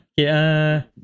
okay